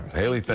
haley,